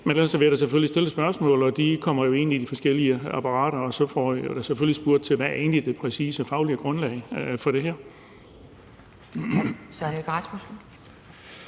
ellers vil jeg da selvfølgelig stille spørgsmål, og de kommer jo ind i de forskellige apparater, og så får jeg selvfølgelig spurgt til, hvad det præcise faglige grundlag egentlig er